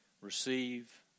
receive